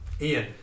Ian